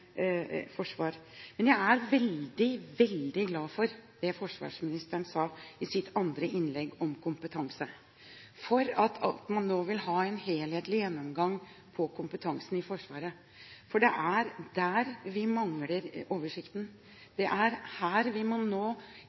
Men jeg er veldig, veldig glad for det forsvarsministeren sa i sitt andre innlegg, om kompetanse, og at man nå vil ha en helhetlig gjennomgang av kompetansen i Forsvaret, for det er der vi mangler oversikt. Det er